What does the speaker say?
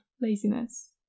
laziness